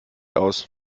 aus